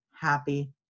happy